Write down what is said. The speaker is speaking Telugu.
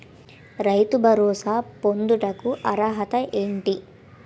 రైతు భరోసా పొందుటకు అర్హత ఏంటి?